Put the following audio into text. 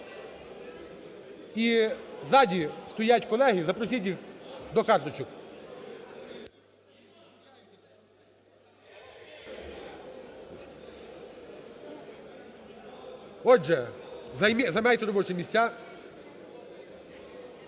І сзади стоять колеги, запросіть їх до карточок. Отже, займайте робочі місця.